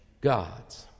gods